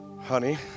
honey